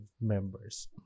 members